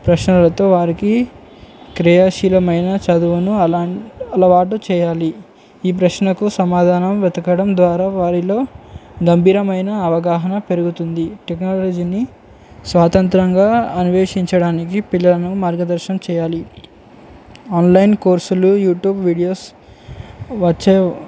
ప్రశ్నలతో వారికి క్రియాశీలమైన చదువును అలా అలవాటు చేయాలి ఈ ప్రశ్నకు సమాధానం వెతకడం ద్వారా వారిలో గంభీరమైన అవగాహన పెరుగుతుంది టెక్నాలజీని స్వతంత్రంగా అన్వేషించడానికి పిల్లలను మార్గదర్శం చేయాలి ఆన్లైన్ కోర్సులు యూట్యూబ్ వీడియోస్ వర్చు